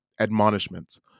admonishments